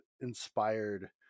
inspired